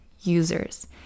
users